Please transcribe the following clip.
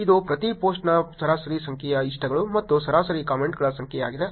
ಇದು ಪ್ರತಿ ಪೋಸ್ಟ್ನ ಸರಾಸರಿ ಸಂಖ್ಯೆಯ ಇಷ್ಟಗಳು ಮತ್ತು ಸರಾಸರಿ ಕಾಮೆಂಟ್ಗಳ ಸಂಖ್ಯೆಯಾಗಿದೆ